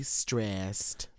stressed